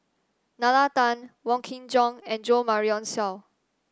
Nalla Tan Wong Kin Jong and Jo Marion Seow